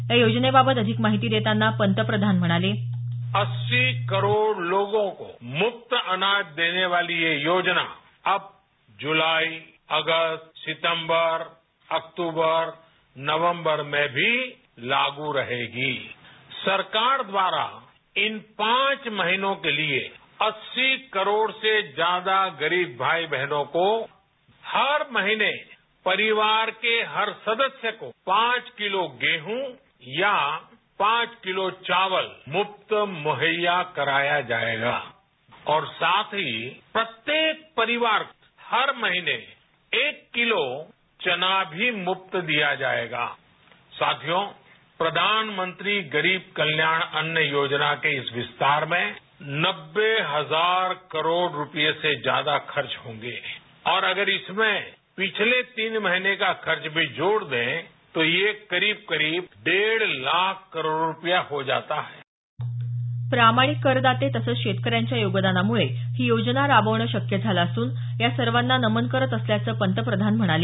या योजनेबाबत अधिक माहिती देताना पंतप्रधान म्हणाले अस्सी करोड लोगोंका मुफ्त मे अनाज देनेवाली ये योजना अब जुलाई अगस्त सितंबर अक्तुबर नवंबर भी लागू रहेगी सरकारद्वारा इन पांच महिनों के लिए अस्सी करोड से ज्यादा गरीब भाई बहनों को हर महिने परिवार के हर सदस्य को पांच किलो गेंह या पांच किलो चावल मुफ्त मूहय्या कराया जाएगा और साथ ही प्रत्येक परिवार को हर महिने एक किलो चना भी मुफ्त दिया जायेगा साथियों प्रधानमंत्री गरीब कल्याण अन्न योजना के इस विस्तार में नब्बे हजार करोड रूपये से जादा खर्च होंगे और अगर इसमें पिछले तीन महिने का खर्च भी जोड ले तो ये करीब करीब देढ लाख करोड रूपया हो जाता है प्रामाणिक करदाते तसंच शेतकऱ्यांच्या योगदानामुळे ही योजना राबवणं शक्य झालं असून या सर्वांना नमन करत असल्याचं पंतप्रधान म्हणाले